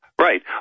Right